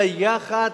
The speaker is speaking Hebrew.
אלא יחד,